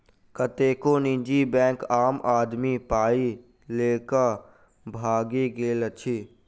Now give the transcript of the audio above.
कतेको निजी बैंक आम आदमीक पाइ ल क भागि गेल अछि